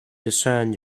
discern